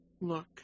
look